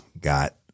got